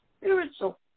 spiritual